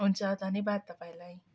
हुन्छ धन्यवाद तपाईँलाई